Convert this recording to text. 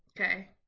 Okay